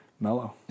mellow